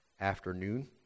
afternoon